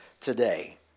today